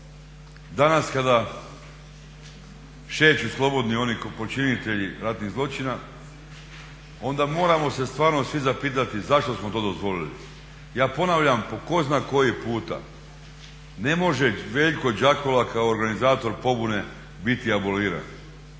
Danas kada šeću slobodni oni počinitelji ratnih zločina onda moramo se stvarno svi zapitati zašto smo to dozvolili. Ja ponavljam po tko zna koji puta, ne može Veljko Džakula kao organizator pobune biti aboliran.